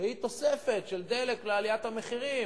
שהיא תוספת של דלק לעליית המחירים.